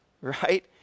right